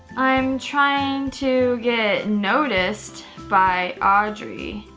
i'm trying to get noticed by audrey.